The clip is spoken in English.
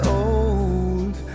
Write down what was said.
old